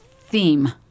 theme